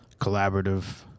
collaborative